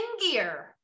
gear